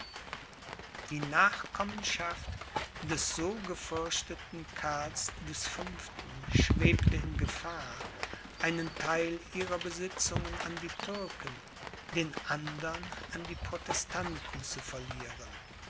die nachkommenschaft des so gefürchteten karls des fünften schwebte in gefahr einen theil ihrer besitzungen an die türken den andern an die protestanten zu verlieren